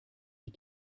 die